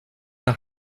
nach